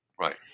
Right